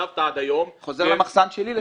ושהצבת עד היום --- חוזר למחסן שלי לסימון.